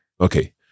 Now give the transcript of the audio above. Okay